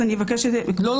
ואני אבקש --- לא,